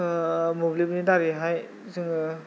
मोब्लिबनि दारैहाय जोङो